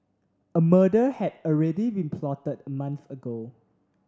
a murder had already been plotted a month ago